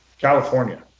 California